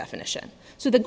definition so the